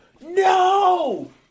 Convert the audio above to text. no